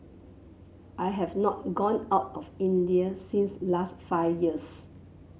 I have not gone out of India since last five years